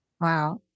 Wow